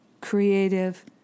creative